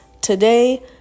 today